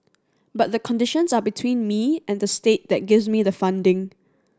but the conditions are between me and the state that gives me the funding